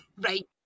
Right